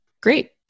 Great